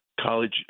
college